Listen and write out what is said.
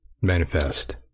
manifest